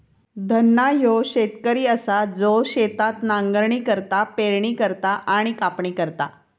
धन्ना ह्यो शेतकरी असा जो शेतात नांगरणी करता, पेरणी करता आणि कापणी करता